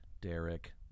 Derek